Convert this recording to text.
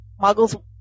muggles